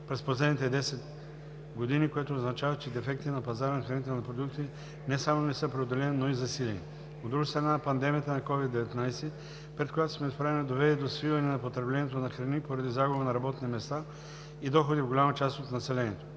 през последните десет години, което означава, че дефектите на пазара на хранителни продукти не само не са преодолени, но и засилени. От друга страна, пандемията от COVID-19, пред която сме изправени, доведе до свиване на потреблението на храни поради загубата на работни места и доходи в голяма част от населението.